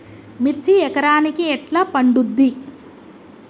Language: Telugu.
మిర్చి ఎకరానికి ఎట్లా పండుద్ధి?